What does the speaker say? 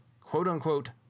quote-unquote